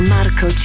Marco